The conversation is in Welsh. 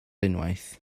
unwaith